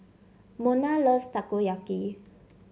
Mona loves Takoyaki